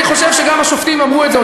אני חושב שגם השופטים אמרו את זה,